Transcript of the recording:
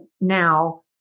now